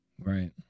Right